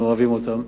אנחנו אוהבים אותם.